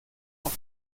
auf